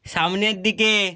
সামনের দিকে